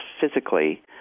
physically